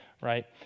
right